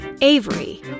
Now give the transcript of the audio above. Avery